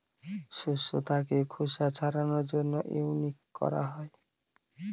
শস্য থাকে খোসা ছাড়ানোর জন্য উইনউইং করা হয়